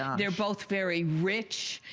they're both very rich,